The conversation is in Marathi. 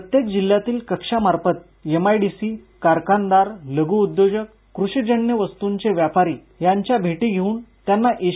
प्रत्येक जिल्ह्यातील कक्षा मार्फत एमआयडीसी कारखानदार लघुउद्योजक कृषिजन्य वस्तूंचे व्यापारी यांच्या भेटी घेऊन त्यांना एस